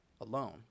alone